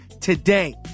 today